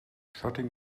shutting